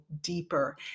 deeper